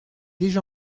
déjà